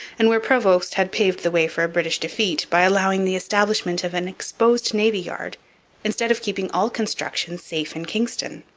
and where prevost had paved the way for a british defeat by allowing the establishment of an exposed navy yard instead of keeping all construction safe in kingston.